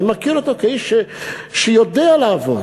אני מכיר אותו כאיש שיודע לעבוד.